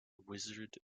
wizard